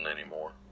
anymore